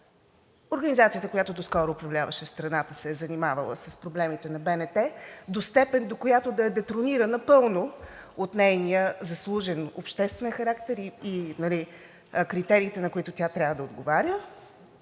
организацията, която доскоро управляваше страната, се е занимавала с проблемите на БНТ до степен, до която да е детронирана напълно от нейния заслужен обществен характер и критериите, на които тя трябва да отговаря.